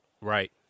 Right